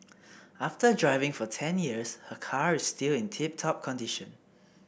after driving for ten years her car is still in tip top condition